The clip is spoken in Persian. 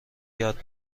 یاد